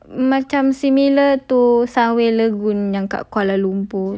macam similar to sunway lagoon yang dekat kuala lumpur